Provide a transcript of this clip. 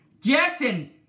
Jackson